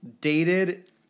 Dated